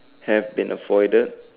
have been avoided